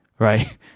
Right